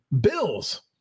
Bills